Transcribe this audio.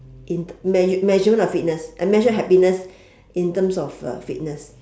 in measure measurement of fitness I measure happiness in terms of uh fitness